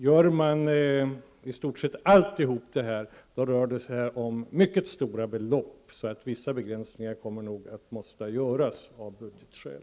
Gör man i stort sett allt detta, rör det sig om mycket stora belopp, vilket innebär att vissa begränsningar måste göras av budgetskäl.